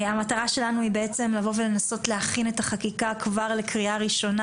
המטרה שלנו היא בעצם לבוא ולנסות להכין את החקיקה כבר לקריאה ראשונה